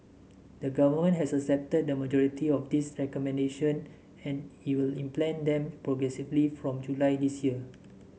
the government has accepted the majority of these recommendation and he will implement them progressively from July this year